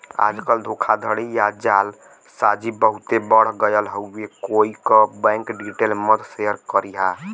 आजकल धोखाधड़ी या जालसाजी बहुते बढ़ गयल हउवे कोई क बैंक डिटेल मत शेयर करिहा